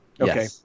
Okay